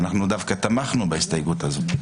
אנחנו דווקא תמכנו בהסתייגות הזאת.